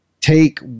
take